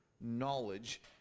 knowledge